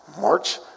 march